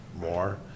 more